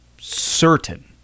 certain